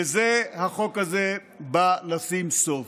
לזה החוק הזה בא לשים סוף.